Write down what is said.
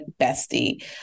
Bestie